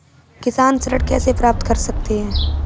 किसान ऋण कैसे प्राप्त कर सकते हैं?